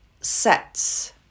sets